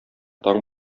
таң